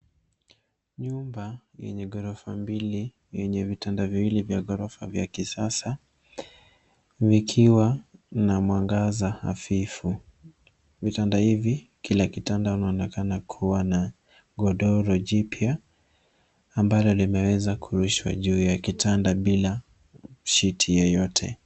Nyumba yenye ghorofa mbili yenye vitanda viwili vya ghorofa vya kisasa vikiwa na mwangaza hafifu. Vitanda hivi kila, kitanda inaonekana kuwa na godoro jipya ambalo limeweza kurushwa juu ya kitanda bila sheet yoyote.